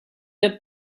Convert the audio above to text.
get